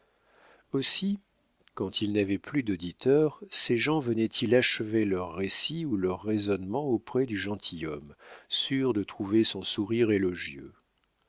aussi quand ils n'avaient plus d'auditeurs ces gens venaient-ils achever leurs récits ou leurs raisonnements auprès du gentilhomme sûrs de trouver son sourire